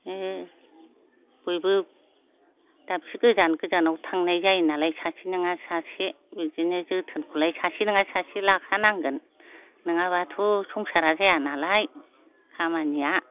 ओमफ्राय बयबो दाबसे गोजानाव थांनाय जायो नालाय बयबो सासे नङा सासे बिदिनो जोथोनखौलाय सासे नङा सासे लाखानांगोन नङाबाथ' संसारा जाया नालाय खामानिया